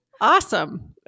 Awesome